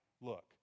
look